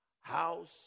house